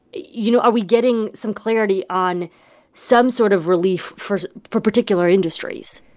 you know, are we getting some clarity on some sort of relief for for particular industries?